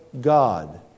God